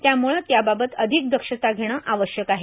त्यामूळे त्याबाबत अधिक दक्षता घेणे आवश्यक आहे